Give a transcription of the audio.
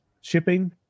shipping